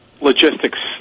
logistics